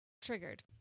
Triggered